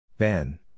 Ben